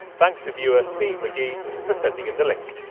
thanks to viewer steve mcgee for sending in the link.